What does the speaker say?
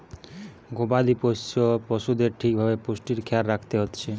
গবাদি পোষ্য পশুদের ঠিক ভাবে পুষ্টির খেয়াল রাখত হতিছে